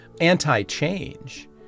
anti-change